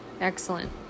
Excellent